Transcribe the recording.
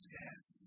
yes